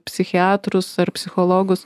psichiatrus ar psichologus